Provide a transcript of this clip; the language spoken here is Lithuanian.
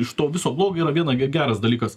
iš to viso blogio yra viena geras dalykas